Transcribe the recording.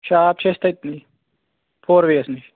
shop چھُ اسہِ تٔتۍ نٕے فور وییَس نِش